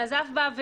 שנזף בה.